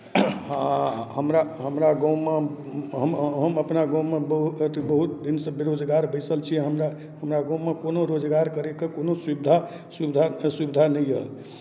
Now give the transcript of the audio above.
हँ हमरा हमरा गाँवमे हम अपना गाँवमे बहुत अथि बहुत दिनसँ बेरोजगार बैसल छी हमरा हमरा गाँवमे कोनो रोजगार करयके कोनो सुविधा सुविधा सुविधा नहि यए